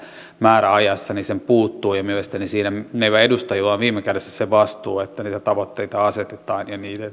määräajassa mielestäni siinä meillä edustajilla on viime kädessä se vastuu että niitä tavoitteita asetetaan ja niiden